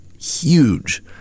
huge